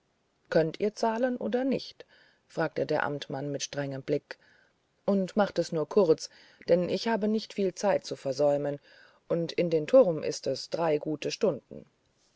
könnt ihr zahlen oder nicht fragte der amtmann mit strengem blick und macht es nur kurz denn ich habe nicht viel zeit zu versäumen und in den turm ist es drei gute stunden